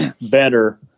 better